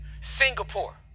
Singapore